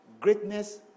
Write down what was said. greatness